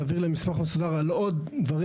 להעביר להם מסמך מסודר על עוד דברים